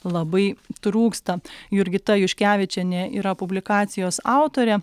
labai trūksta jurgita juškevičienė yra publikacijos autorė